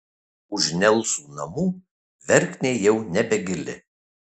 už nelsų namų verknė jau nebegili